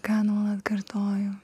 ką nuolat kartoju